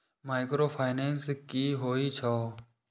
Micro finance कि होई छै?